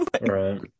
Right